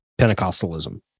Pentecostalism